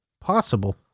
Possible